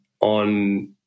on